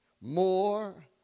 more